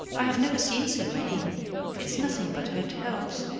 i have never seen so many it's nothing but hotels.